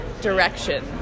direction